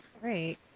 Great